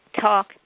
talk